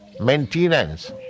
maintenance